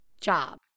job